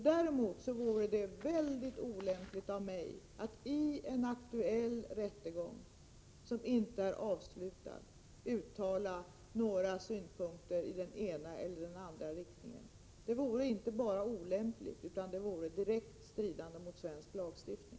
Däremot vore det mycket olämpligt av mig att i en aktuell rättegång som inte är avslutad uttala några synpunkter i den ena eller den andra riktningen. Det vore dessutom inte bara olämpligt, utan det skulle direkt strida mot svensk lagstiftning.